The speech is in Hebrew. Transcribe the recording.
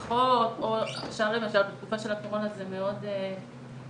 להברחות, או בתקופה של הקורונה זה מאוד אקטואלי.